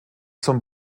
zum